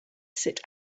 sit